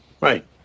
Right